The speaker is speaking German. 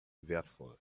wertvoll